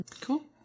cool